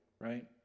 right